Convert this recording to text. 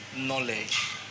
knowledge